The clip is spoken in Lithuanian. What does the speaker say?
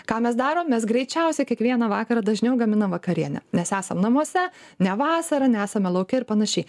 ką mes darom mes greičiausia kiekvieną vakarą dažniau gaminam vakarienę nes esam namuose ne vasarą nesame lauke ir panašiai